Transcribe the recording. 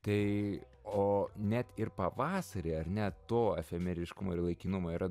tai o net ir pavasarį ar ne to efemeriškumo ir laikinumo yra